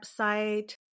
website